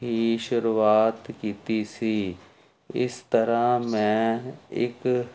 ਹੀ ਸ਼ੁਰੂਆਤ ਕੀਤੀ ਸੀ ਇਸ ਤਰ੍ਹਾਂ ਮੈਂ ਇੱਕ